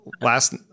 last